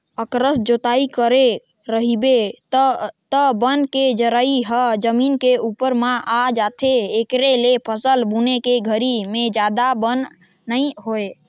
अकरस जोतई करे रहिबे त बन के जरई ह जमीन के उप्पर म आ जाथे, एखरे ले फसल बुने के घरी में जादा बन नइ होय